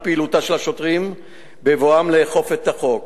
פעילותם של השוטרים בבואם לאכוף את החוק.